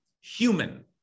human